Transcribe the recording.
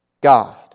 God